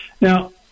Now